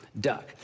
duck